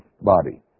body